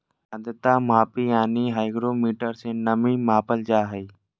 आद्रता मापी यानी कि हाइग्रोमीटर से नमी मापल जा हय